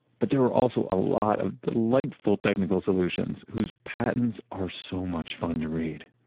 but there are also a lot of delightful technical solutions whose patents are so much fun to read